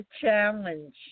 challenge